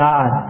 God